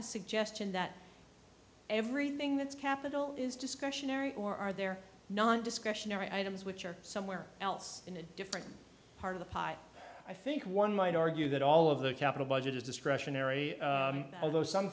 suggestion that everything that's capital is discretionary or are there not discretionary items which are somewhere else in a different part of the pie i think one might argue that all of the capital budget is discretionary although some